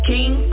King